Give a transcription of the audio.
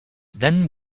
then